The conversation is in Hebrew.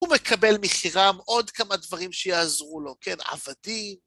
ומקבל מחירם עוד כמה דברים שיעזרו לו, כן? עבדים...